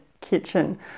kitchen